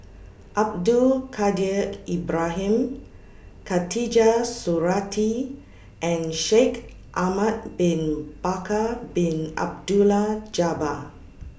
Abdul Kadir Ibrahim Khatijah Surattee and Shaikh Ahmad Bin Bakar Bin Abdullah Jabbar